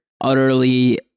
utterly